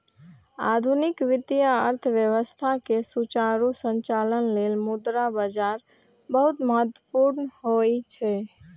आधुनिक वित्तीय अर्थव्यवस्था के सुचारू संचालन लेल मुद्रा बाजार बहुत महत्वपूर्ण होइ छै